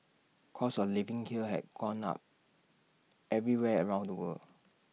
costs of living kill have gone up everywhere around the world